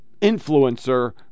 influencer